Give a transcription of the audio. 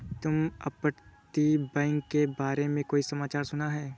तुमने अपतटीय बैंक के बारे में कोई समाचार सुना है?